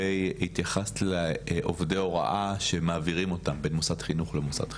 התייחסת לעובדי ההוראה שמעבירים אותם בין מוסד חינוך למוסד חינוך,